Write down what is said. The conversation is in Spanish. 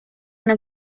una